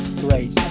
Great